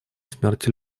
смерти